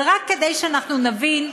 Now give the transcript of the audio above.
ורק כדי שאנחנו נבין,